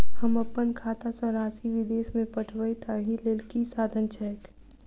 हम अप्पन खाता सँ राशि विदेश मे पठवै ताहि लेल की साधन छैक?